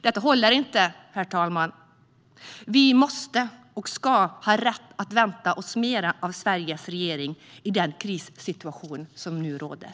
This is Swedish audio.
Detta håller inte, herr talman! Vi måste, och vi ska, ha rätt att vänta oss mer av Sveriges regering i den krissituation som nu råder.